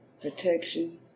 protection